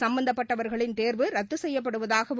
சும்பந்தப்பட்டவர்களின் தேர்வு ரத்துசெய்யப்படுவதாகவும்